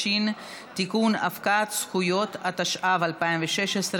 הזוגיות לבני ולבנות אותו המין, התשע"ה 2015,